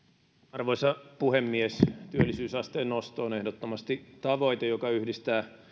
arvoisa puhemies työllisyysasteen nosto on ehdottomasti tavoite joka yhdistää